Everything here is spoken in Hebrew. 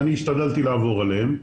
ואני השתדלתי לעבור עליהם,